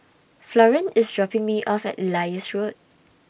Florian IS dropping Me off At Elias Road